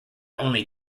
only